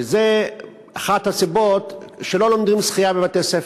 ואחת הסיבות לכך היא שלא לומדים שחייה בבתי-הספר.